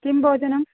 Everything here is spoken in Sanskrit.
किं भोजनम्